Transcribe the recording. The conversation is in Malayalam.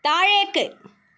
താഴേക്ക്